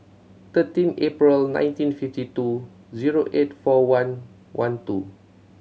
thirteen April nineteen fifty two zero eight four one one two